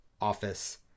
Office